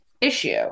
issue